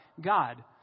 God